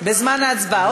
בזמן ההצבעה.